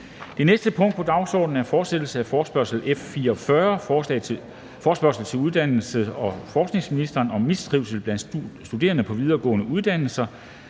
Det næste punkt på dagsordenen er: 3) Fortsættelse af forespørgsel nr. F 44 [afstemning]: Forespørgsel til uddannelses- og forskningsministeren om mistrivsel blandt studerende på videregående uddannelser.